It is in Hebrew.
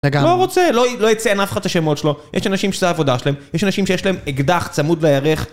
לא רוצה, לא יציין אף אחד את השמות שלו, יש אנשים שזו עבודה שלהם, יש אנשים שיש להם אקדח צמוד לירך...